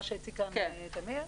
מה שהציג כאן תמיר,